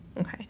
Okay